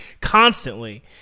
constantly